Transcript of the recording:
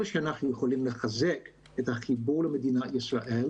שאנחנו יכולים לחזק את החיבור למדינת ישראל,